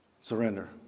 surrender